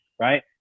right